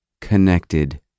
connected